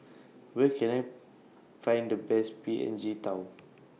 Where Can I Find The Best P N G Tao